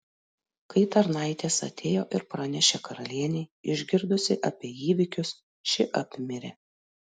kai tarnaitės atėjo ir pranešė karalienei išgirdusi apie įvykius ši apmirė